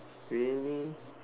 really